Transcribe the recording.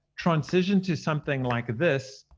transition to something like this,